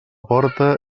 porta